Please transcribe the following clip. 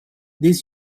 des